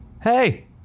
Hey